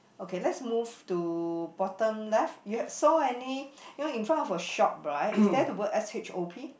okay let's move to bottom left you have saw any you know in front of the shop right is there the word S H O P